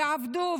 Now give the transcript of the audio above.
עבדו,